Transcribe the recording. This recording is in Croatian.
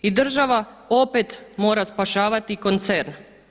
I država opet mora spašavati koncern.